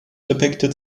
depicted